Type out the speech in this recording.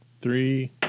three